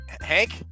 Hank